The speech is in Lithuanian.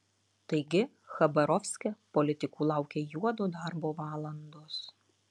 taigi chabarovske politikų laukia juodo darbo valandos